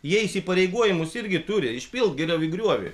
jie įsipareigojimus irgi turi išpilt geriau į griovį